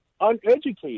uneducated